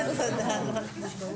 אנחנו בפסקה (ד)(3).